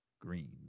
green